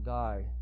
die